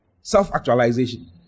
Self-actualization